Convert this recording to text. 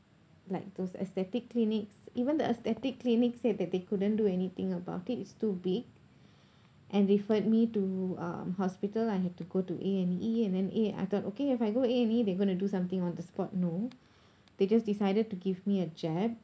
like those aesthetic clinics even the aesthetic clinic said that they couldn't do anything about it it's too big and referred me to um hospital I had to go to A and E and then eh I thought okay if I go A and E they're going to do something on the spot no they just decided to give me a jab